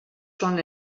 són